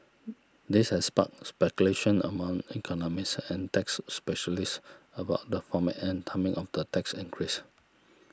this has sparked speculation among economists and tax specialists about the format and timing of the tax increase